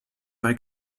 weil